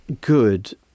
good